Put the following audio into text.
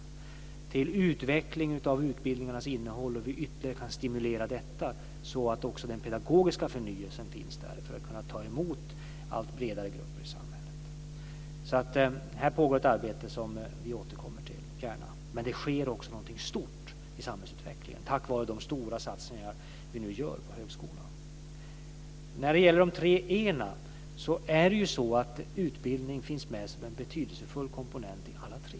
Vi tittar över utvecklingen av utbildningarnas innehåll och hur vi ytterligare kan stimulera detta så att också den pedagogiska förnyelsen finns där för att kunna ta emot allt bredare grupper i samhället. Här pågår ett arbete som vi gärna återkommer till. Men det sker också något stort i samhällsutvecklingen tack vare de stora satsningar på högskolan som vi nu gör. När det gäller de tre E:na finns utbildning med som en betydelsefull komponent i alla tre.